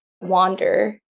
wander